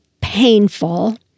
painful